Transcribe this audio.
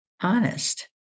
honest